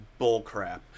bullcrap